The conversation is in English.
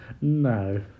No